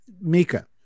Mika